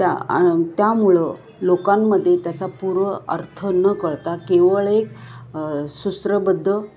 त्या आ त्यामुळं लोकांमध्ये त्याचा पूर्व अर्थ न कळता केवळ एक सूत्रबद्ध